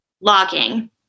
logging